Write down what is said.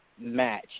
match